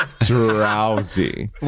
drowsy